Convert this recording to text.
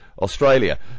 Australia